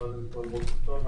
קודם כל, בוקר טוב.